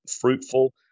fruitful